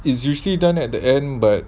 is usually done at the end but